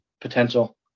potential